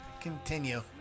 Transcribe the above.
Continue